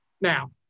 Now